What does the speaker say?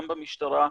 גם במשטרה,